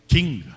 King